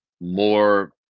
more